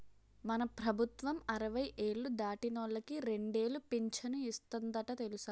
మన ప్రభుత్వం అరవై ఏళ్ళు దాటినోళ్ళకి రెండేలు పింఛను ఇస్తందట తెలుసా